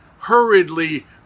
hurriedly